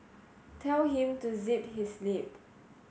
tell him to zip his lip